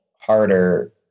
harder